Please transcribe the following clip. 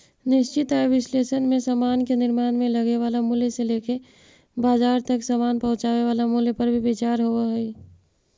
निश्चित आय विश्लेषण में समान के निर्माण में लगे वाला मूल्य से लेके बाजार तक समान पहुंचावे वाला मूल्य पर भी विचार होवऽ हई